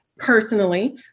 Personally